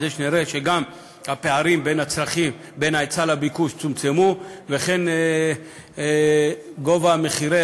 שנראה שגם הפערים בין ההיצע לביקוש צומצמו וכן גובה מחירי